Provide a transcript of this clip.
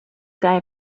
guy